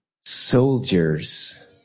soldiers